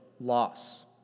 loss